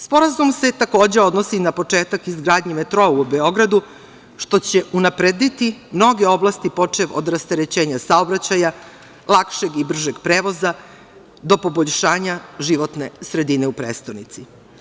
Sporazum se, takođe, odnosi na početak izgradnje metroa u Beogradu, što će unaprediti mnoge oblasti, počev od rasterećenja saobraćaja, lakšeg i bržeg prevoza, do poboljšanja životne sredine u prestonici.